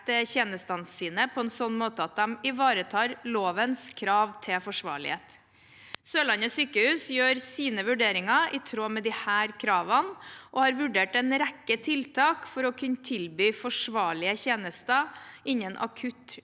tjenestene sine på en sånn måte at de ivaretar lovens krav til forsvarlighet. Sørlandet sykehus gjør sine vurderinger i tråd med disse kravene og har vurdert en rekke tiltak for å kunne tilby forsvarlige tjenester innen akutt generell